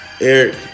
Eric